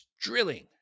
drilling